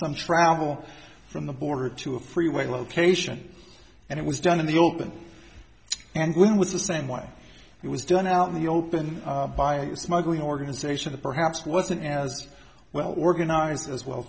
some travel from the border to a freeway location and it was done in the open and when was the same way it was done out in the open by you smuggling organization that perhaps wasn't as well organized as well